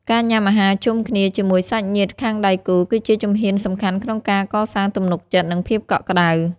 ការញ៉ាំអាហារជុំគ្នាជាមួយសាច់ញាតិខាងដៃគូ គឺជាជំហានសំខាន់ក្នុងការកសាងទំនុកចិត្ត និងភាពកក់ក្ដៅ។